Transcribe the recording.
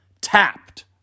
tapped